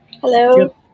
Hello